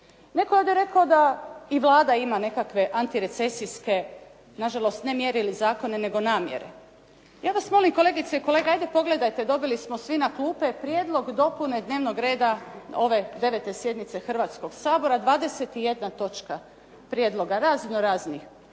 Netko je ovdje rekao da i Vlada ima nekakve antirecesijske, na žalost ne mjere ili zakone nego namjere. Ja vas molim kolegice i kolege hajde pogledajte dobili smo svi na klupe prijedlog dopune dnevnog reda ove 9. sjednice Hrvatskog sabora. 21 točka prijedloga razno raznih